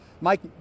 Mike